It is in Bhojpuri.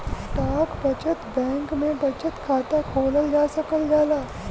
डाक बचत बैंक में बचत खाता खोलल जा सकल जाला